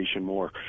more